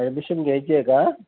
admission घ्यायची आहे का